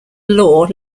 law